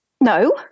No